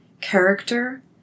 character